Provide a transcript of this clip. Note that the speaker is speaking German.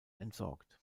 entsorgt